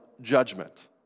Judgment